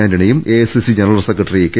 ആൻ്റണിയും AICC general secretary K